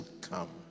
come